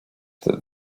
that